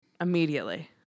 immediately